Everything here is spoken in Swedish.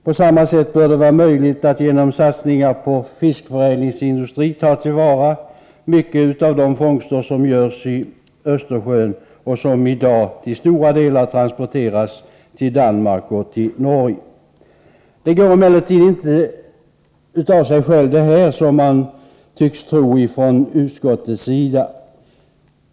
På samma sätt bör det vara möjligt att genom satsningar på fiskförädlingsindustri ta till vara mycket av de fångster som görs i Östersjön och som i dag till stora delar transporteras till Danmark och Norge. Detta går emellertid inte av sig självt, vilket man tycks tro från utskottets sida.